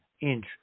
inch